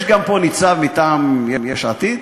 יש גם פה ניצב מטעם יש עתיד,